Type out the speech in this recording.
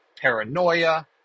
paranoia